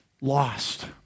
lost